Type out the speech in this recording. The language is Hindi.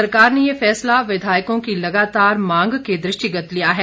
सरकार ने ये फैसला विधायकों की लगातार मांग के दृष्टिगत लिया है